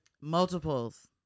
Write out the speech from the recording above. Multiples